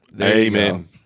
amen